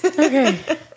Okay